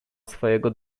swojego